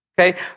okay